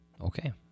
Okay